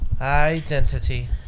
identity